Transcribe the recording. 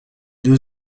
deux